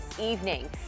evening